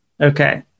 okay